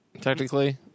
Technically